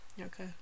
Okay